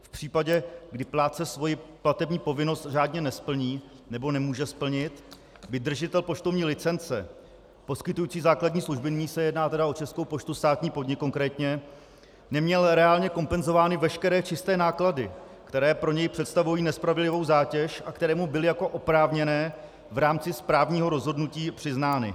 V případě, kdy plátce svoji platební povinnost řádně nesplní nebo nemůže splnit, by držitel poštovní licence poskytující základní služby, nyní se jedná tedy o Českou poštu, státní podnik, konkrétně, neměl reálně kompenzovány veškeré čisté náklady, které pro něj představují nespravedlivou zátěž a které mu byly jako oprávněné v rámci správního rozhodnutí přiznány.